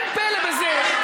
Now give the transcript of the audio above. אין פלא בזה,